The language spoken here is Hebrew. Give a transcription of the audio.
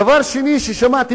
דבר שני ששמעתי,